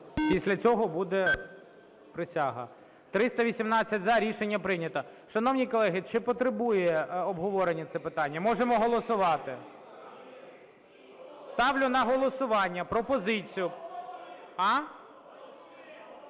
Після цього буде присяга. 20:01:35 За-318 Рішення прийнято. Шановні колеги, чи потребує обговорення це питання? Можемо голосувати. Ставлю на голосування пропозицію…